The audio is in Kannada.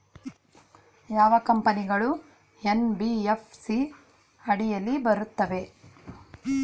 ಯಾವ ಕಂಪನಿಗಳು ಎನ್.ಬಿ.ಎಫ್.ಸಿ ಅಡಿಯಲ್ಲಿ ಬರುತ್ತವೆ?